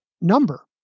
number